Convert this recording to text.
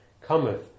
cometh